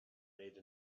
made